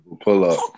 pull-up